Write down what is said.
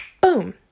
boom